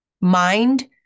Mind